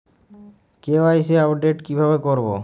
KYC update কিভাবে করবো?